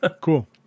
cool